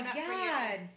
god